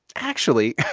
actually,